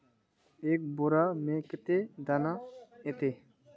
एक बोड़ा में कते दाना ऐते?